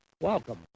welcome